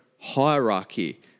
hierarchy